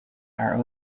are